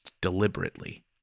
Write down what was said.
deliberately